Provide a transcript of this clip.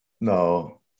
no